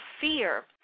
fear